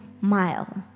mile